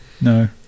no